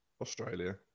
Australia